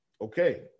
okay